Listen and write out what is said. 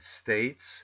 States